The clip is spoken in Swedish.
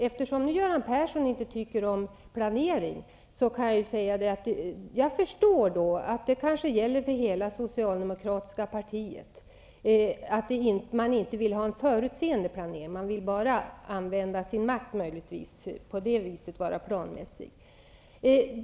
Eftersom Göran Persson inte tycker om planering kan jag säga att jag förstår att det kanske gäller för hela det socialdemokratiska partiet att man inte vill ha en planering, man vill möjligtvis bara använda sin makt och på det sättet vara planmässig.